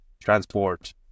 transport